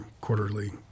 quarterly